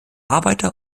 arbeiter